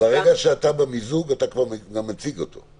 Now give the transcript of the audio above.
ברגע שאתה במיזוג, אתה מציג אותו.